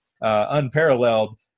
unparalleled